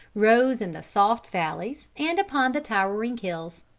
rose in the soft valleys and upon the towering hills.